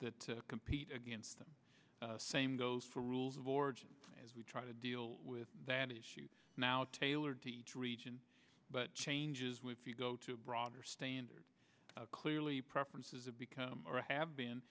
that compete against them same goes for rules of origin as we try to deal with that issue now tailored to each region but changes when you go to broader standards clearly preferences have become or have been